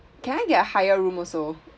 can I get a higher room also